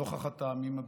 נוכח הטעמים הבאים: